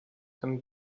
them